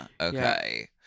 okay